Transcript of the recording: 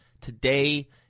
today